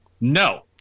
no